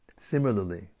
Similarly